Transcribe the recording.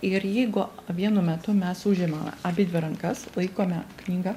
ir jeigu vienu metu mes užimame abidvi rankas laikome knygą